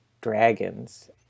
dragons